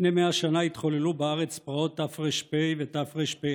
לפני 100 שנה התחוללו בארץ פרעות תר"פ ותרפ"א,